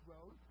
Road